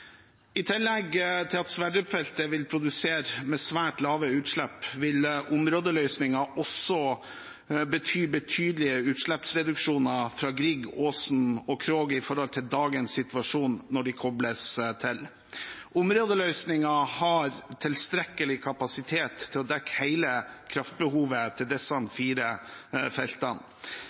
I tillegg til at Sverdrup-feltet vil produsere med svært lave utslipp, vil områdeløsningen også bety betydelige utslippsreduksjoner fra feltene Grieg, Aasen og Krog i forhold til dagens situasjon, når de koples til. Områdeløsningen har tilstrekkelig kapasitet til å dekke hele kraftbehovet til disse fire feltene,